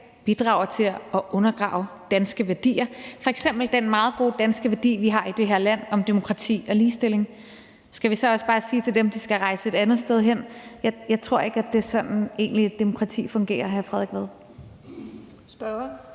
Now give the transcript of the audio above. bidrager til at undergrave danske værdier, f.eks. den meget gode danske værdi om demokrati og ligestilling, vi har i det her land. Skal vi så også bare sige til dem, at de skal rejse et andet sted hen? Jeg tror ikke, at det egentlig er sådan, et demokrati fungerer, hr. Frederik Vad. Kl.